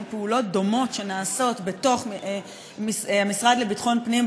פעולות דומות שנעשות בתוך המשרד לביטחון הפנים,